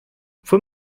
fue